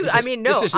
you i mean, no.